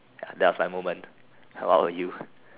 ya that was my moment and what about you